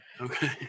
okay